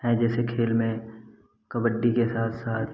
हैं जैसे खेले में कबड्डी के साथ साथ